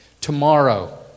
Tomorrow